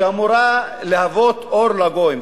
שאמורה להוות אור לגויים,